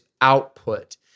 output